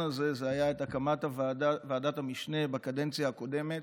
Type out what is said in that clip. הזה היה הקמת ועדת המשנה בקדנציה הקודמת,